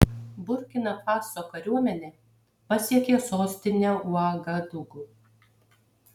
burkina faso kariuomenė pasiekė sostinę uagadugu